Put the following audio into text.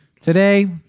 Today